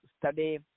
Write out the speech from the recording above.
study